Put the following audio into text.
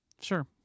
Sure